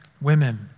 women